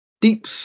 deep